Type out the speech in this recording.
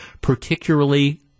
particularly